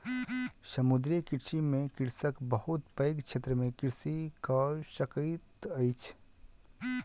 समुद्रीय कृषि में कृषक बहुत पैघ क्षेत्र में कृषि कय सकैत अछि